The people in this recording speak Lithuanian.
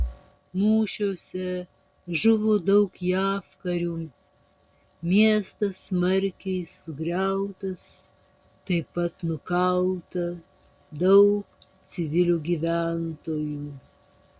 mūšiuose žuvo daug jav karių miestas smarkiai sugriautas taip pat nukauta daug civilių gyventojų